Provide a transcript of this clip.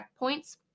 checkpoints